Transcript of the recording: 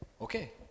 Okay